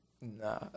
nah